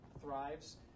thrives